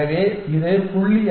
எனவே இது 0